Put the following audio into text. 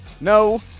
no